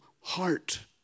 heart